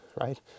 right